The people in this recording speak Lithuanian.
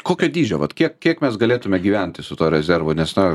kokio dydžio vat kiek kiek mes galėtume gyventi su tuo rezervu nes na